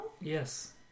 Yes